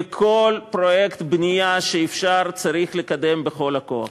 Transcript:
וכל פרויקט בנייה שאפשר, צריך לקדם בכל הכוח.